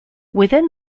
within